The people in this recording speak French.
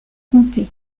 comté